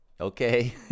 okay